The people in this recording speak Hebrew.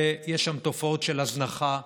ויש שם תופעות של הזנחה,